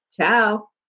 Ciao